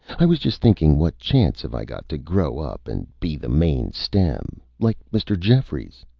i was just thinking what chance have i got to grow up and be the main stem, like mr. jeffries.